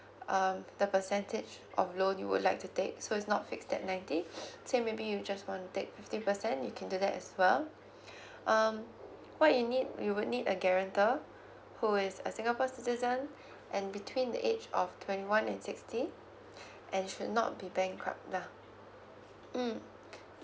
um the percentage of loan you would like to take so it's not fixed at ninety say maybe you just want to take fifty percent you can do that as well um what you need you would need a guarantor who is a singapore citizen and between the age of twenty one and sixty and you should not be bankrupt lah mm